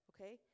Okay